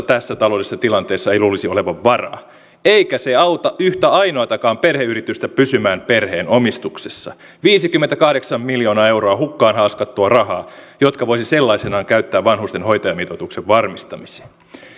tässä taloudellisessa tilanteessa ei luulisi olevan varaa eikä se auta yhtä ainoatakaan perheyritystä pysymään perheen omistuksessa viisikymmentäkahdeksan miljoonaa euroa hukkaan haaskattua rahaa jotka voisi sellaisenaan käyttää vanhusten hoitajamitoituksen varmistamiseen